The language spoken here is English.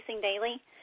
daily